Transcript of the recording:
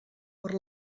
per